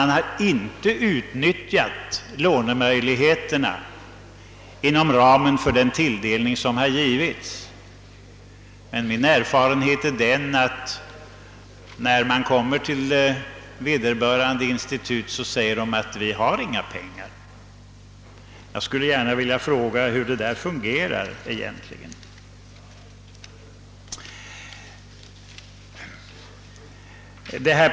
Det har sagts att lånemöjligheterna inom ramen för den tilldelning som gjorts inte utnyttjats. Min erfarenhet är emellertid den att när industrierna anhåller om pengar från vederbörande institut så får de till svar: Vi har inga pengar. Jag skulle gärna vilja veta hur detta egentligen fungerar.